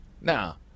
Now